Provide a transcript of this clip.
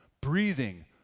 Breathing